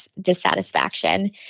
dissatisfaction